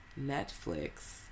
Netflix